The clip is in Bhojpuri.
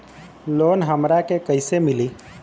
लोन हमरा के कईसे मिली?